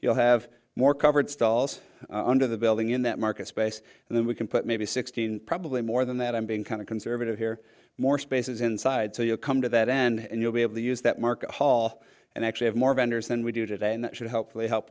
you'll have more covered stalls under the building in that market space and then we can put maybe sixteen probably more than that i'm being kind of conservative here more spaces inside so you come to that and you'll be able to use that market hall and actually have more vendors than we do today and that should help the